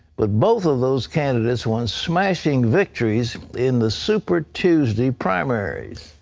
but both of those candidates won smashing victories in the super tuesday primaries.